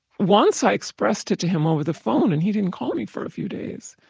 once i expressed it to him over the phone and he didn't call me for a few days.